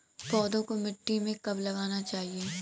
पौधों को मिट्टी में कब लगाना चाहिए?